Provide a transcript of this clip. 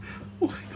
oh my god